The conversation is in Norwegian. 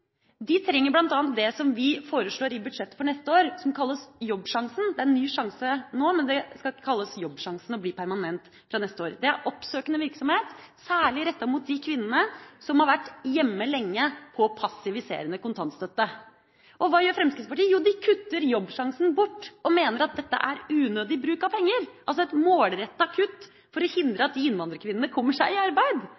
De trenger bl.a. det vi foreslår i budsjettet for neste år, som kalles Jobbsjansen. Det heter Ny sjanse nå, men det skal kalles Jobbsjansen og bli permanent fra neste år. Det er oppsøkende virksomhet, særlig rettet mot de kvinnene som har vært hjemme lenge på passiviserende kontantstøtte. Hva gjør Fremskrittspartiet? Jo, de kutter Jobbsjansen bort og mener at dette er unødig bruk av penger – altså et målrettet kutt for å hindre